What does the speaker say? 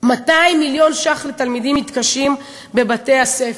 200 מיליון ש"ח לתלמידים מתקשים בבתי-הספר.